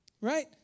Right